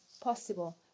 possible